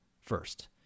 first